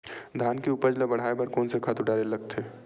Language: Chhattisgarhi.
धान के उपज ल बढ़ाये बर कोन से खातु डारेल लगथे?